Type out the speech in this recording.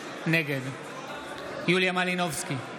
נגד יוליה מלינובסקי,